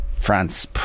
France